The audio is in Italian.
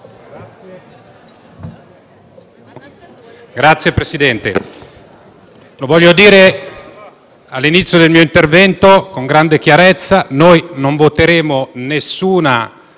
Signor Presidente, lo voglio dire all'inizio del mio intervento, con grande chiarezza: non voteremo alcuna